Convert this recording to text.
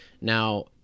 Now